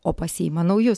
o pasiima naujus